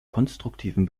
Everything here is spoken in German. konstruktiven